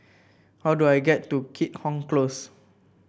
how do I get to Keat Hong Close